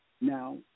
Now